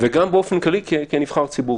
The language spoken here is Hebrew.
וגם באופן כללי כנבחר ציבור.